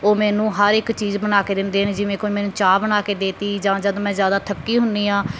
ਉਹ ਮੈਨੂੰ ਹਰ ਇੱਕ ਚੀਜ਼ ਬਣਾ ਕੇ ਦਿੰਦੇ ਨੇ ਜਿਵੇਂ ਕੋਈ ਮੈਨੂੰ ਚਾਹ ਬਣਾ ਕੇ ਦੇ ਤੀ ਜਾਂ ਜਦ ਮੈਂ ਜ਼ਿਆਦਾ ਥੱਕੀ ਹੁੰਦੀ ਹਾਂ